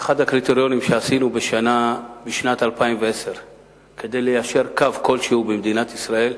שאחד הקריטריונים שעשינו בשנת 2010 כדי ליישר קו כלשהו במדינת ישראל,